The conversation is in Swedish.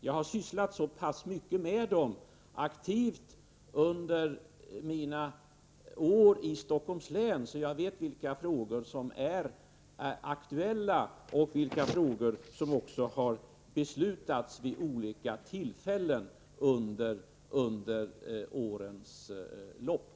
Jag har aktivt sysslat så pass mycket med dem aktivt under mina år i Stockholms län att jag vet vilka frågor som är aktuella och vilka beslut som också har fattats vid olika tillfällen under årens lopp.